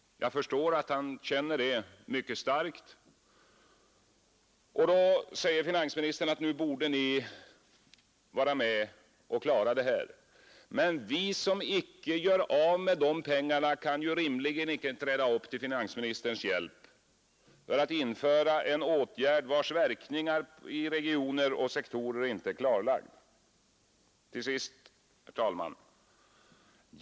Jag förstår att han känner det mycket starkt. Då säger finansministern: ”Nu borde ni vara med och klara det här.” Men vi som icke gör av med de pengarna kan rimligen icke träda upp till finansministerns hjälp för att vidta en åtgärd, vars verkningar i olika regioner och sektorer inte är klarlagda. Herr talman!